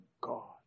God